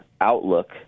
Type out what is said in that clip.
outlook